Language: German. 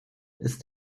ist